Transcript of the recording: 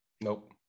Nope